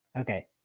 Okay